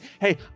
hey